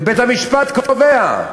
ובית-המשפט קובע.